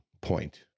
point